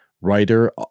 writer